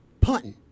punting